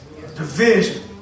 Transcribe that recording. division